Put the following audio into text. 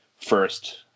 first